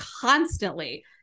constantly